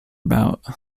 about